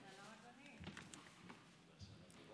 בחוקי ההסדרים,